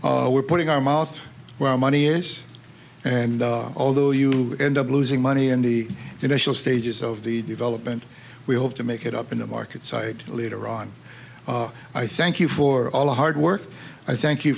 so we're putting our mouth where money is and although you end up losing money in the initial stages of the development we hope to make it up in the market site later on i thank you for all of hard work i thank you